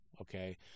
Okay